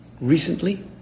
recently